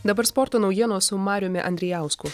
dabar sporto naujienos su mariumi andrijausku